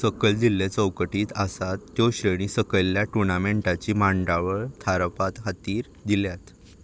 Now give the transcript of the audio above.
सकयल दिल्ले चौकटींत आसात त्यो श्रेणी सकयल्ल्या टुणामँटाची मांडावळ थारावपात खातीर दिल्यात